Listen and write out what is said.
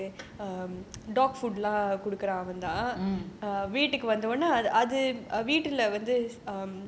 mm mm